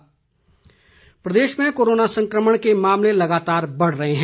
corona update प्रदेश में corona संकमण के मामले लगातार बढ़ रहे हैं